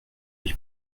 lui